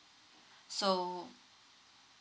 so